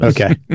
Okay